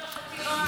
חתירה.